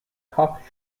cop